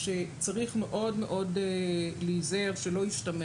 ואכן צריך מאוד מאוד להיזהר שלא ישתמע